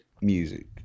music